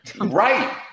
Right